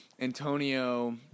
Antonio